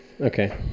Okay